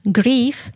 grief